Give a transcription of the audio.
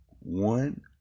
one